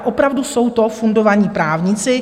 Opravdu jsou to fundovaní právníci.